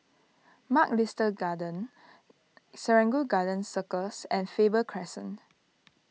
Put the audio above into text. Mugliston Gardens Serangoon Garden Circus and Faber Crescent